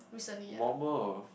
warmer